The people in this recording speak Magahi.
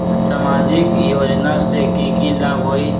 सामाजिक योजना से की की लाभ होई?